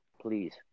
Please